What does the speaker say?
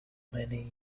many